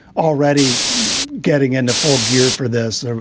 already getting into full gear for this.